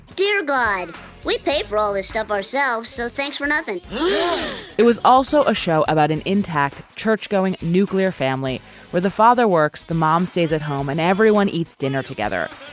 dear god we pay for all this stuff ourselves so thanks for nothing it was also a show about an intact churchgoing nuclear family where the father works the mom stays at home and everyone eats dinner together.